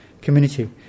community